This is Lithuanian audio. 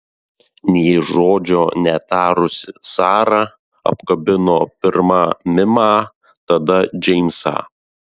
nė žodžio netarusi sara apkabino pirma mimą tada džeimsą